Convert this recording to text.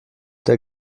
der